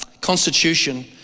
constitution